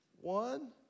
one